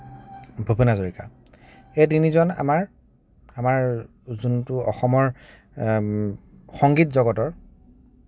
ভূপেন হাজৰিকা এই তিনিজন আমাৰ আমাৰ যোনটো অসমৰ সংগীত জগতৰ